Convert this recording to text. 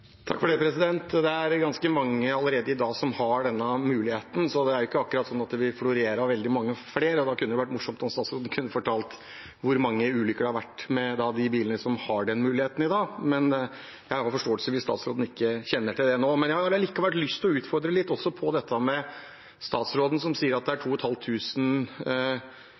Det er ganske mange allerede i dag som har denne muligheten, så det er ikke akkurat slik at det vil florere av veldig mange flere. Det hadde vært morsomt om statsråden kunne fortalt hvor mange ulykker det har vært med de bilene som har den muligheten i dag, men jeg har forståelse for det om statsråden ikke kjenner til det nå. Jeg har likevel lyst til å utfordre litt på dette at statsråden sier at det er